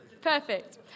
perfect